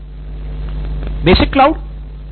सिद्धार्थ मटूरी basic cloud